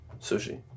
sushi